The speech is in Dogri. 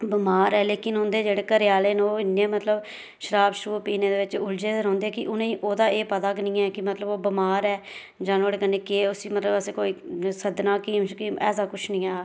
बिमार ऐ लेकिन उंदे जेहडे़ घरे आहले ना ओह् इन्ने मतलब शराब पीने दे बिच उलझे दे रौहंदे कि उनें ओहदा एह् पता गै नेईं ऐ कि मतलब ओह् बिमार ऐ जां नुआढ़े कन्नै केह् उसी मतलब असें कोई सद्दना क्हीम बगैरा ऐसा कुछ नेईं ऐ